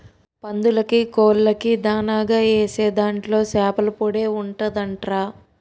పందులకీ, కోళ్ళకీ దానాగా ఏసే దాంట్లో సేపల పొడే ఉంటదంట్రా